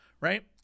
right